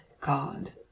God